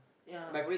ya